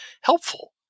helpful